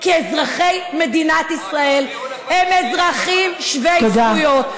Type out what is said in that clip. כי אזרחי מדינת ישראל הם אזרחים שווי זכויות.